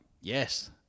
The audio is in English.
yes